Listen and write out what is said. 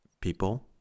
People